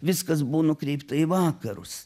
viskas buvo nukreipta į vakarus